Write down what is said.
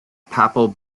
papal